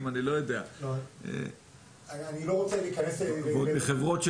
אנחנו רואים בהיבט הזה את ועדת הביקורת כמעין מבצעת חלק מהפעולות בשם